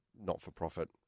not-for-profit